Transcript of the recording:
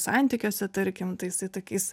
santykiuose tarkim tai jisai tokiais